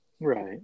Right